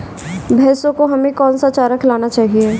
भैंसों को हमें कौन सा चारा खिलाना चाहिए?